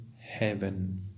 heaven